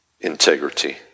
integrity